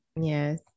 Yes